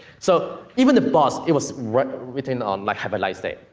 so, even the box, it was written written on, like, have a nice day.